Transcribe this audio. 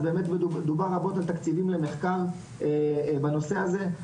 אז באמת דובר רבות על תקציבים למחקר בנושא הזה,